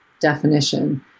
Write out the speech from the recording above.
definition